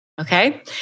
Okay